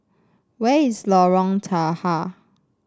where is Lorong Tahar